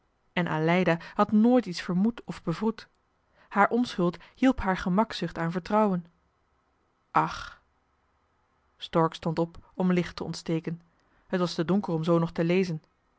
en aleida had nooit iets vermoed of bevroed haar onschuld hielp haar gemakzucht aan vertrouwen ach stork stond op om licht te ontsteken t was te donker om zoo nog te lezen